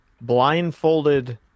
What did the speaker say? blindfolded